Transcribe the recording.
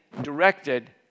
directed